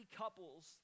couples